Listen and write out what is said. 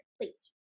please